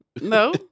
No